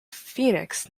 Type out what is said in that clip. phoenix